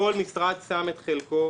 כל משרד שם את חלקו